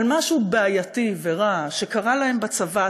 על משהו בעייתי ורע שקרה להם בצבא,